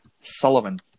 Sullivan